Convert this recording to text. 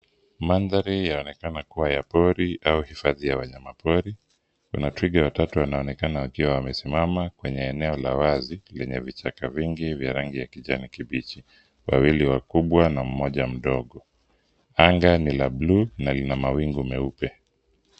Mandhari yaonekana kuwa ya pori au hifadhi ya wanyamapori. Kuna twiga watatu wanaonekana wakiwa wamesimama kwenye eneo la wazi lenye vichaka vingi vya rangi ya kijani kibichi. Wawili wakubwa na mmoja mdogo. Anga ni la blue na lina mawingu meupe.